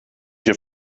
hier